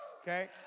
Okay